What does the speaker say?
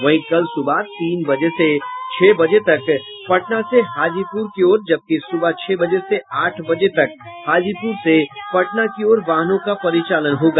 वहीं कल सुबह तीन बजे से छह बजे तक पटना से हाजीपुर की ओर जबकि सुबह छह बजे से आठ बजे तक हाजीपुर से पटना की ओर वाहनों का परिचालन होगा